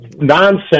nonsense